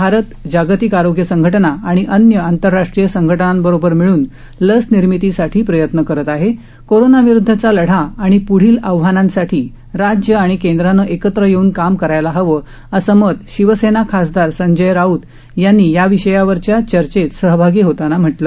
भारत जागतिक आरोग्य संघटना आणि अन्य आंतरराष्ट्रीय संघटनांबरोबर मिळून लस निर्मितीसाठी प्रयत्न करत आहे कोरोना विरुद्धचा लढा आणि पूढील आव्हानांसाठी राज्य आणि केंद्रानं एकत्र येऊन काम करायला हवं असं मत शिवसेना खासदार संजय राऊत यांनी या विषयावरील चर्चेत सहभागी होताना म्हटलं